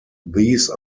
these